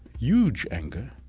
huge anger.